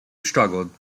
struggled